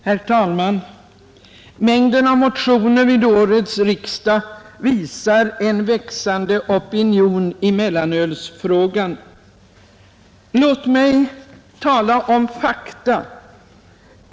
Herr talman! Mängden av motioner vid årets riksdag visar en växande opinion i mellanölsfrågan. Låt mig här tala om fakta.